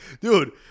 dude